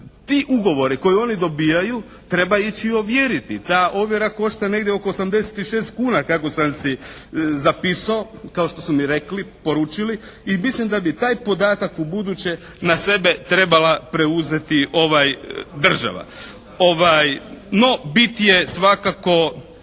ti ugovori koji oni dobijaju treba ići ovjeriti. Ta ovjera košta negdje oko 86 kuna kako sam si zapisao, kao što su mi rekli, poručili. I mislim da bi taj podatak u buduće na sebe trebala preuzeti država. No bit je svakako